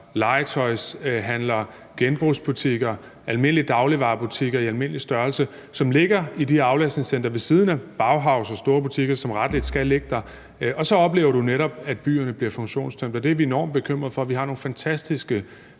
legetøjshandlere, genbrugsbutikker, almindelige dagligvarebutikker i almindelig størrelse, som ligger i de her aflastningscentre ved siden af BAUHAUS og store butikker, som rettelig skal ligge der, og så oplever man netop, at byerne bliver funktionstømte, og det er vi enormt bekymrede for. Vi har nogle fantastiske